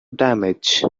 damage